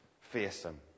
fearsome